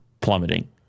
plummeting